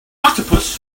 octopus